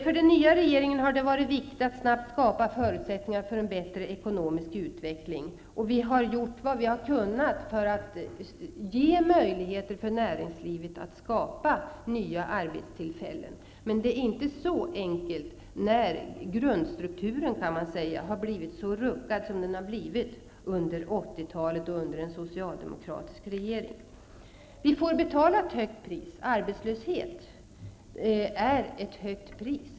För den nya regeringen har det varit viktigt att snabbt skapa förutsättningar för en bättre ekonomisk utveckling, och vi har gjort vad vi har kunnat för att näringslivet skulle få möjligheter till att skapa nya arbetstillfällen. Det är emellertid inte enkelt, när grundstrukturen har blivit så ruckad som den har blivit under 80-talet och under den socialdemokratiska regeringen. Priset vi får betala är högt, nämligen arbetslöshet.